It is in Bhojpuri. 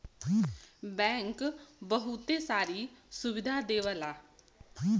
बैंक बहुते सारी सुविधा देवला